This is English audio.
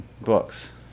books